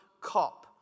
Cop